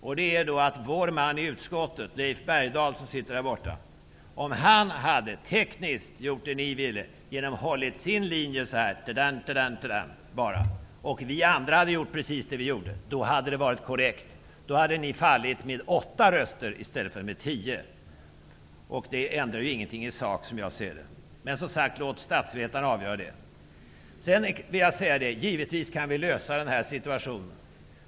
Om vår man i utskottet, Leif Bergdahl, tekniskt hade gjort det ni ville och hållit sin linje, och vi andra hade gjort precis det vi gjorde, hade det varit korrekt. Ni hade fallit med 8 röster i stället för med 10. Det ändrar ingenting i sak som jag ser det. Men låt som sagt statsvetarna avgöra det. Vi kan givetvis lösa denna situation.